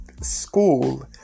school